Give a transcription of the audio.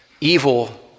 Evil